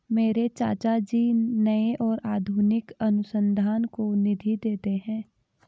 मेरे चाचा जी नए और आधुनिक अनुसंधान को निधि देते हैं